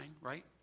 right